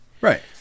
Right